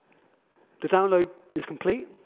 the download is complete.